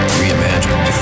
reimagined